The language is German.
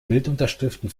bildunterschriften